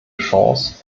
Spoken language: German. chance